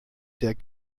der